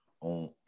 on